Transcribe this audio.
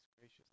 gracious